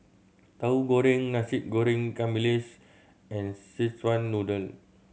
Tahu Goreng Nasi Goreng ikan bilis and Szechuan Noodle